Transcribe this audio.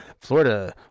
Florida